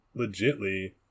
legitly